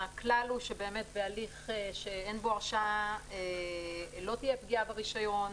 הכלל הוא שבהליך שאין בו הרשעה לא תהיה פגיעה ברישיון.